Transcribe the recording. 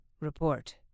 report